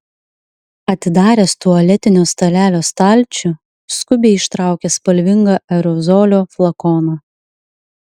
atidaręs tualetinio stalelio stalčių skubiai ištraukė spalvingą aerozolio flakoną